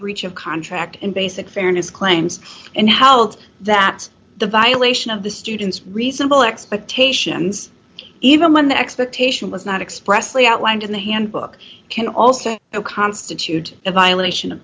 breach of contract and basic fairness claims and howled that the violation of the student's reasonable expectations even when the expectation was not expressly outlined in the handbook can also constitute a violation of